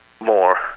More